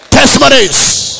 Testimonies